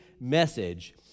message